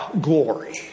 glory